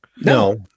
No